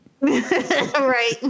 Right